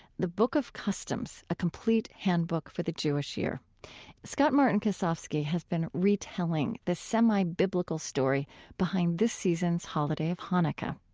the book of customs a complete handbook for the jewish year scott-martin kosofsky has been retelling the semi-biblical story behind this season's holiday of hanukkah.